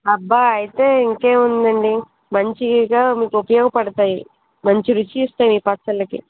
అబ్బా అయితే ఇంకేముందండి మంచీగా మీకు ఉపయోగ పడతాయి మంచి రుచిస్తాయి మీ పచ్చళ్ళకి